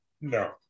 no